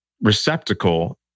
receptacle